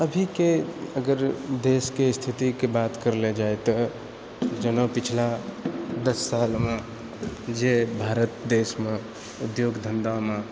अभीके अगर देशके स्थितिके बात करल जाय तऽ जेना पिछला दस सालमे जे भारत देशमे उद्योग धन्धामे